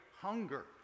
hunger